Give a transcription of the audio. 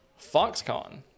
Foxconn